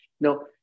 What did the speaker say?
No